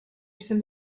jsem